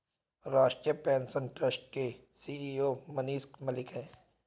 राष्ट्रीय pension trust के CEO Manish Malik है